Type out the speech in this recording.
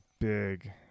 big